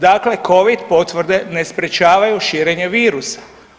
Dakle, Covid potvrde ne sprječavaju širenje virusa.